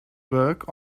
burke